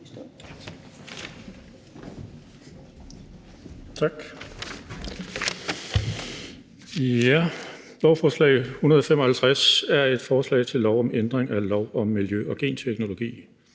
(NB): Lovforslag L 155 er et forslag til lov om ændring af lov om miljø og genteknologi.